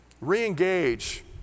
re-engage